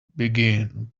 begin